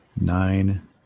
Nine